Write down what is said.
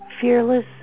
fearless